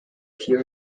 few